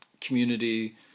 community